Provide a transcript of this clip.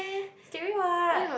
scary what